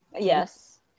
Yes